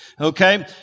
Okay